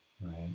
Right